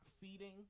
feeding